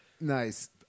Nice